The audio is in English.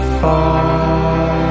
far